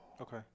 Okay